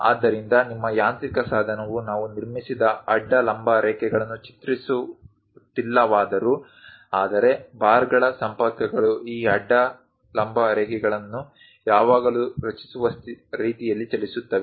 ಆದ್ದರಿಂದ ನಿಮ್ಮ ಯಾಂತ್ರಿಕ ಸಾಧನವು ನಾವು ನಿರ್ಮಿಸಿದ ಅಡ್ಡ ಲಂಬ ರೇಖೆಗಳನ್ನು ಚಿತ್ರಿಸುತ್ತಿಲ್ಲವಾದರೂ ಆದರೆ ಬಾರ್ಗಳ ಸಂಪರ್ಕಗಳು ಈ ಅಡ್ಡ ಲಂಬ ರೇಖೆಗಳನ್ನು ಯಾವಾಗಲೂ ರಚಿಸುವ ರೀತಿಯಲ್ಲಿ ಚಲಿಸುತ್ತವೆ